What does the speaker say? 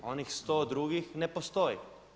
Onih 100 drugih ne postoji.